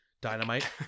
Dynamite